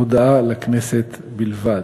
הודעה לכנסת בלבד.